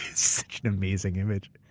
such an amazing image.